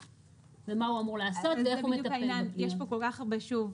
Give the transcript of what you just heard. המתקיימות בסעיף 27/ג' לחוק הייעוץ